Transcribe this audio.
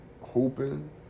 hoping